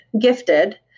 gifted